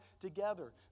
together